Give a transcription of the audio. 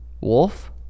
wolf